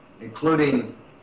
including